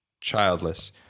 childless